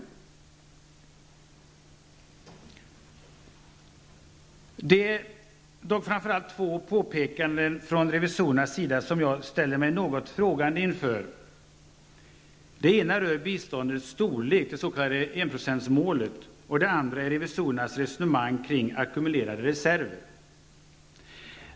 Det är dock framför allt två påpekanden från revisorernas sida som jag ställer mig något frågande inför. Det ena rör biståndets storlek, det s.k. enprocentsmålet. Det andra är revisorernas resonemang kring ackumulerade reserver.